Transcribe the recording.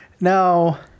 now